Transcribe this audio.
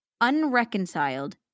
unreconciled